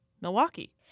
Milwaukee